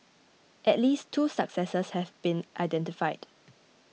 at least two successors have been identified